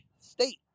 State